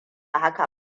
haka